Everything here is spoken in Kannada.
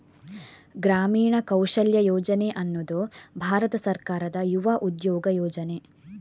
ಗ್ರಾಮೀಣ ಕೌಶಲ್ಯ ಯೋಜನೆ ಅನ್ನುದು ಭಾರತ ಸರ್ಕಾರದ ಯುವ ಉದ್ಯೋಗ ಯೋಜನೆ